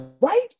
right